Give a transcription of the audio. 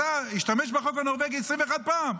השתמש בחוק הנורבגי 21 פעם.